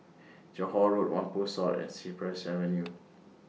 Johore Road Whampoa South and Cypress Avenue